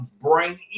Bring